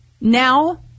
now